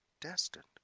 destined